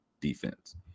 defense